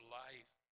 life